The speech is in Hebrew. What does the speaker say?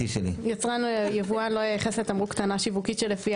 (ב) יצרן או יבואן לא ייחס לתמרוק טענה שיווקית שלפיה